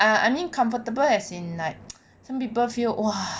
ah I mean comfortable as in like some people feel !wah!